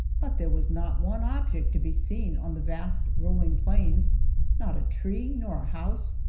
but there was not one object to be seen on the vast rolling plains not a tree nor a house,